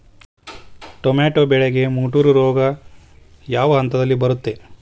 Tomato ಬೆಳೆಗೆ ಮುಟೂರು ರೋಗ ಯಾವ ಹಂತದಲ್ಲಿ ಬರುತ್ತೆ?